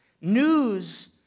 News